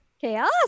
Chaos